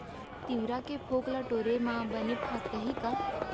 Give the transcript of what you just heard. तिंवरा के फोंक ल टोरे म बने फदकही का?